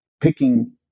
picking